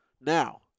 now